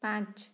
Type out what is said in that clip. ପାଞ୍ଚ